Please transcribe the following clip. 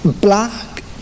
black